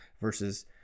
versus